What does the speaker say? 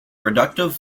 productive